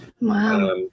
Wow